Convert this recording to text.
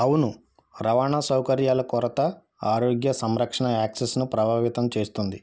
అవును రవాణా సౌకర్యాల కొరత ఆరోగ్య సంరక్షణ యాక్సెస్ ను ప్రభావితం చేస్తుంది